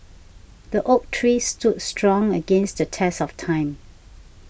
the oak tree stood strong against the test of time